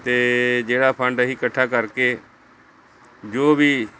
ਅਤੇ ਜਿਹੜਾ ਫੰਡ ਅਸੀਂ ਇਕੱਠਾ ਕਰਕੇ ਜੋ ਵੀ